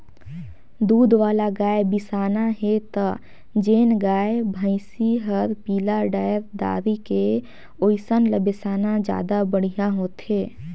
दूद वाला गाय बिसाना हे त जेन गाय, भइसी हर पिला डायर दारी से ओइसन ल बेसाना जादा बड़िहा होथे